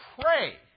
pray